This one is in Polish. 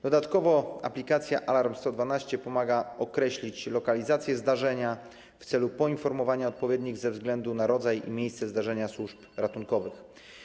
Dodatkowo aplikacja Alarm112 pomaga określić lokalizację zdarzenia w celu poinformowania odpowiednich ze względu na rodzaj i miejsce zdarzenia służb ratunkowych.